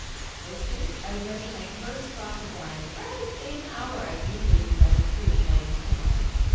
most days i was nursing my first glass of wine around the same hour i'd usually be running through the mornings headlines.